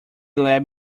lab